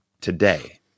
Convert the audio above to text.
today